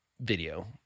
video